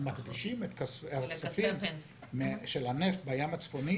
הם מקדישים את כספי הנפט בים הצפוני